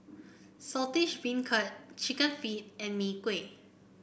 Saltish Beancurd chicken feet and Mee Kuah